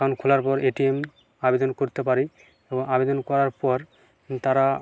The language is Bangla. অ্যাকাউন্ট খোলার পর এটিএম আবেদন করতে পারি এবং আবেদন করার পর তারা